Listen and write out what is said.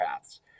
paths